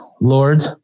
Lord